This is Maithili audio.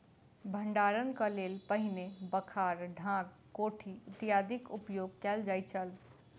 भंडारणक लेल पहिने बखार, ढाक, कोठी इत्यादिक उपयोग कयल जाइत छल